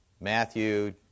Matthew